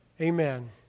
Amen